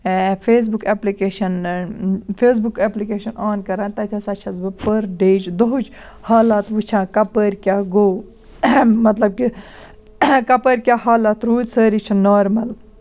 face book application Facebook application آن کران تَتہِ ہسا چھَس بہٕ پٔر ڈیِچ دُہُچ حالات وُچھان کَپٲر کیاہ گوٚو مطلب کہِ کَپٲر کیاہ حالات روٗد سٲری چھِ نارمَل